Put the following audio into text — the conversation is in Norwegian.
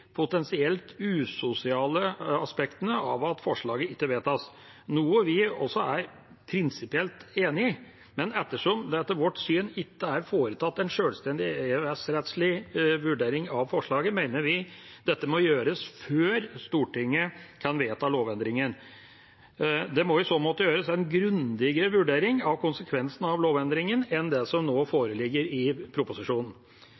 potensielt usosiale aspektene av at forslaget ikke vedtas, noe vi også er prinsipielt enig i. Men ettersom det etter vårt syn ikke er foretatt en sjølstendig EØS-rettslig vurdering av forslaget, mener vi dette må gjøres før Stortinget kan vedta lovendringen. Det må i så måte gjøres en grundigere vurdering av konsekvensene av lovendringen enn det som nå